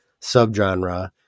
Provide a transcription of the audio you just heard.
subgenre